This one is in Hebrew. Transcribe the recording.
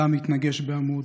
גם התנגש בעמוד,